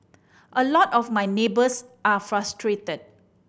a lot of my neighbours are frustrated